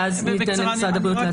ואז ניתן למשרד הבריאות.